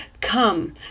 come